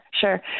sure